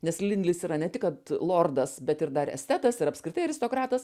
nes linlis yra ne tik kad lordas bet ir dar estetas ir apskritai aristokratas